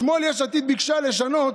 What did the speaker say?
אתמול יש עתיד ביקשה לשנות